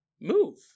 move